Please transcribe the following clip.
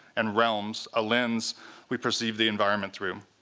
and realms, a lens we perceive the environment through.